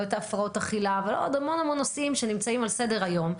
לא את הפרעות האכילה ולא עוד המון נושאים שנמצאים על סדר היום.